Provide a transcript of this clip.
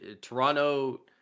Toronto